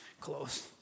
Close